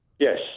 Yes